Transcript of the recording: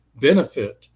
benefit